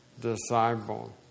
disciple